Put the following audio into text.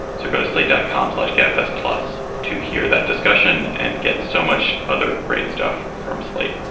so go to slate dot com slash gabfest plus to hear that discussion and get so much other great stuff from slate